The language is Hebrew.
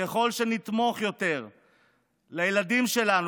ככל שנתמוך יותר בילדים שלנו,